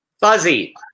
Fuzzy